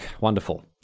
wonderful